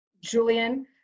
Julian